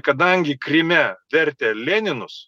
kadangi kryme vertė leninus